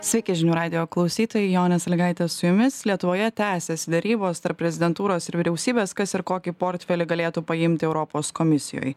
sveiki žinių radijo klausytojai jonė salygaitė su jumis lietuvoje tęsiasi derybos tarp prezidentūros ir vyriausybės kas ir kokį portfelį galėtų paimti europos komisijoj